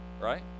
right